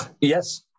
Yes